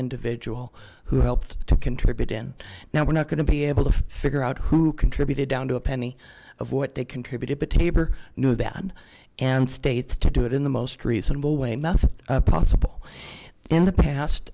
individual who helped to contribute in now we're not going to be able to figure out who contributed down to a penny of what they contributed to taper new that and states to do it in the most reasonable way mouth possible in the past